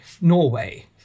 Norway